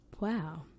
Wow